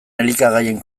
elikagaien